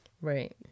Right